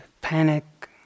panic